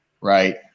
right